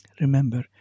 Remember